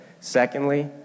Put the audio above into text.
Secondly